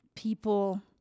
people